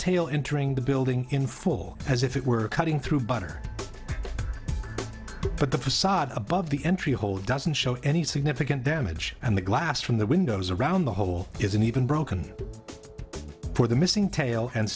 tail entering the building in full as if it were cutting through butter but the facade above the entry hole doesn't show any significant damage and the glass from the windows around the hole isn't even broken or the missing tail and